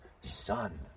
son